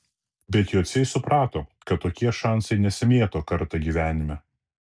bet jociai suprato kad tokie šansai nesimėto kartą gyvenime